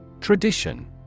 Tradition